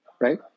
right